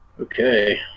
Okay